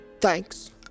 Thanks